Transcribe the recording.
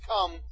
come